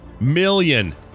million